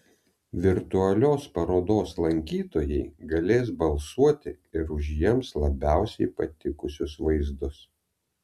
virtualios parodos lankytojai galės balsuoti ir už jiems labiausiai patikusius vaizdus